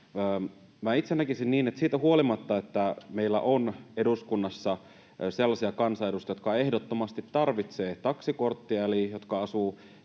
itse näkisin niin, että siitä huolimatta, että meillä on eduskunnassa sellaisia kansanedustajia, jotka ehdottomasti tarvitsevat taksikorttia